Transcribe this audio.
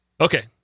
Okay